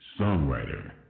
songwriter